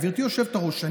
גברתי היושבת-ראש,